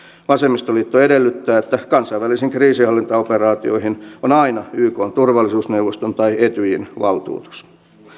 vasemmistoliitto edellyttää että kansainvälisiin kriisinhallintaoperaatioihin on aina ykn turvallisuusneuvoston tai etyjin valtuutus